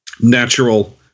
natural